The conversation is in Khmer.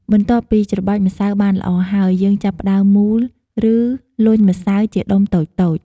បន្ទាប់ពីច្របាច់ម្សៅបានល្អហើយ យើងចាប់ផ្តើមមូល ឬ លញ់ម្សៅជាដុំតូចៗ។